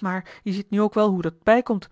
maar je ziet nu ook wel hoe dat bijkomt